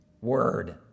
word